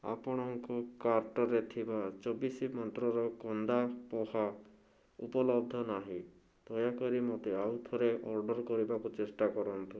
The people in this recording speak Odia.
ଆପଣଙ୍କ କାର୍ଟ୍ରେ ଥିବା ଚବିଶ ମନ୍ତ୍ରର କନ୍ଦା ପୋହା ଉପଲବ୍ଧ ନାହିଁ ଦୟାକରି ମତେ ଆଉଥରେ ଅର୍ଡ଼ର୍ କରିବାକୁ ଚେଷ୍ଟା କରନ୍ତୁ